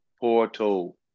Portal